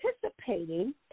participating